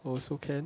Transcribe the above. also can